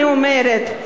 אני אומרת,